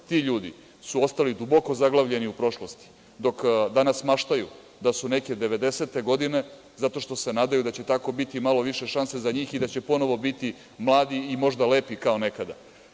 Ti ljudi su ostali duboko zaglavljeni u prošlosti, dok danas maštaju da su neke 90-te godine, zato što se nadaju da će tako biti malo više šanse za njih i da će ponovo biti mladi i možda lepi kao nekada.